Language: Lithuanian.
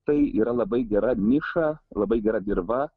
tai yra labai gera niša labai gera dirva